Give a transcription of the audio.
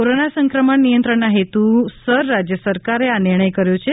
corona સંક્રમણ નિયંત્રણના હેતુસર રાજ્ય સરકારે આ નિર્ણય કર્યો છે